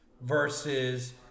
versus